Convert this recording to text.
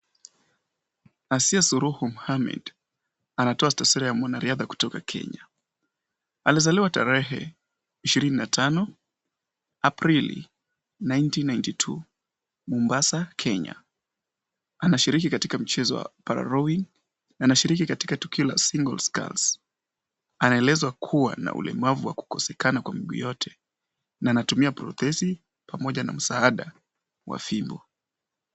Asia Sururu Muhammed. Anatoa taswira ya mwanariadha kutoka Kenya. Alizaliwa tarehe 25. Aprili. nineteen ninety two , Mombasa, Kenya. Anashiriki katika mchezo wa pararowing na anashiriki katika tukio la singles cars . Anaweza kuwa na ulemavu wa kukosekana kwa miguu yote na anatumia protesi , pamoja na msaada wa fimbo.